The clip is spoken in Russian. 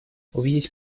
увидеть